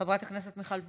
חברת הכנסת מיכל וונש,